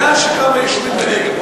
כמה יישובים בנגב.